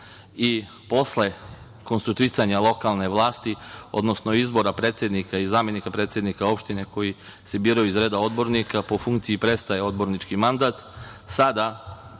i posle konstituisanja lokalne vlasti, odnosno izbora predsednika i zamenika predsednika opštine koji se biraju iz reda odbornika po funkciji prestaje odbornički mandat. Sada